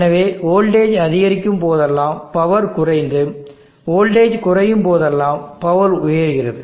எனவே வோல்டேஜ் அதிகரிக்கும் போதெல்லாம் பவர் குறைந்து வோல்டேஜ் குறையும் போதெல்லாம் பவர் உயருகிறது